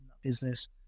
business